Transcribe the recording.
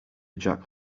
jack